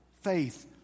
faith